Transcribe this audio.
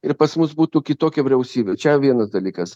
ir pas mus būtų kitokia vyriausybė čia vienas dalykas